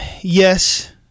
yes